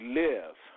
live